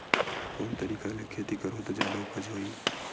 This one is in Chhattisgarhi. कोन तरीका ले खेती करहु त जादा उपज होही?